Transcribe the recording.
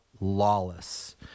Lawless